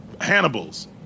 Hannibal's